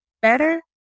better